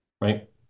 right